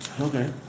Okay